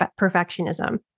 perfectionism